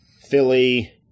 Philly –